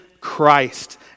Christ